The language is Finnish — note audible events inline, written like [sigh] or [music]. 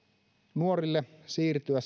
nuorille siirtyä [unintelligible]